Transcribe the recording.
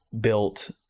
built